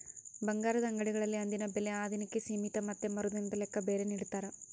ಬಂಗಾರದ ಅಂಗಡಿಗಳಲ್ಲಿ ಅಂದಿನ ಬೆಲೆ ಆ ದಿನಕ್ಕೆ ಸೀಮಿತ ಮತ್ತೆ ಮರುದಿನದ ಲೆಕ್ಕ ಬೇರೆ ನಿಡ್ತಾರ